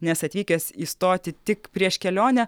nes atvykęs į stotį tik prieš kelionę